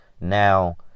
Now